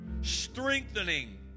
strengthening